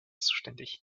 zuständig